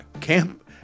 Camp